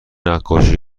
نقاشی